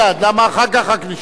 למה אחר כך רק נשב?